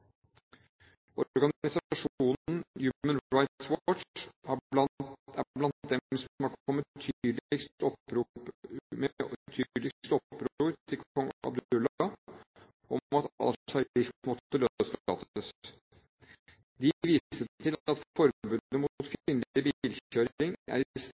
Organisasjonen Human Rights Watch er blant dem som har kommet med tydeligst opprop til kong Abdullah om at al-Sharif måtte løslates. De viste til at forbudet mot kvinnelig bilkjøring er